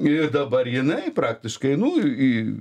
ir dabar jinai praktiškai nu į